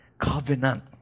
Covenant